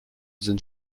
sind